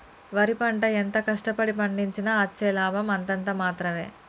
వరి పంట ఎంత కష్ట పడి పండించినా అచ్చే లాభం అంతంత మాత్రవే